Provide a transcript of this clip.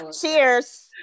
cheers